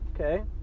Okay